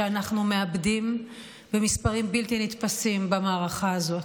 שאנחנו מאבדים במספרים בלתי נתפסים במערכה הזאת.